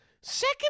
second